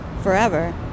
forever